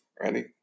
ready